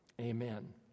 Amen